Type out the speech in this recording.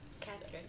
Catherine